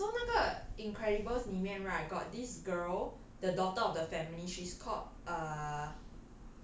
ah so 那个 incredibles 里面 right got this girl the daughter of the family she's called err